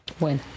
Bueno